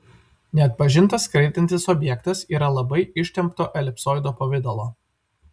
neatpažintas skraidantis objektas yra labai ištempto elipsoido pavidalo